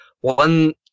one